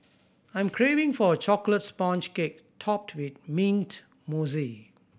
I am craving for a chocolate sponge cake topped with mint mousse